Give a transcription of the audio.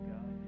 God